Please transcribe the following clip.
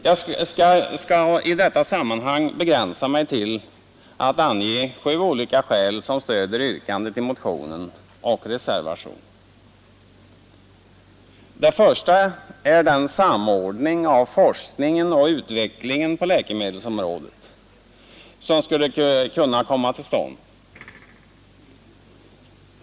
Jag skall i detta sammanhang begränsa mig till att ange sju olika skäl som stöder yrkandet i motionen och reservationen. Det första är den samordning av forskningen och utvecklingen på läkemedelsområdet som skulle kunna komma till stånd.